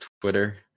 Twitter